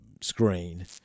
screen